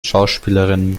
schauspielerinnen